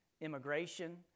immigration